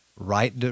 right